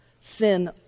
Sin